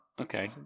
okay